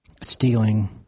stealing